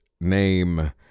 name